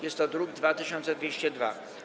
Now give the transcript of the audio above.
Jest to druk nr 2202.